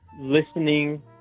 listening